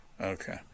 Okay